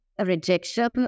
rejection